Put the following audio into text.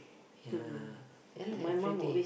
ya ya lah everyday